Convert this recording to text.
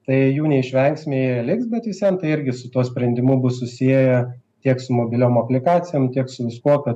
tai jų neišvengsim jie liks bet vis vien tai irgi su tuo sprendimu bus susieję tiek su mobiliom aplikacijom tiek su viskuo kad